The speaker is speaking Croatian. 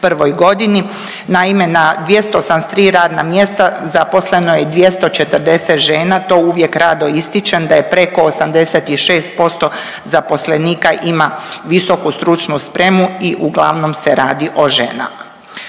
Naime, na 283 radna mjesta zaposleno je 240 žena, to uvijek rado ističem da je preko 86% zaposlenika ima visoku stručnu spremu i uglavnom se radi o ženama.